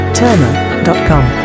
turner.com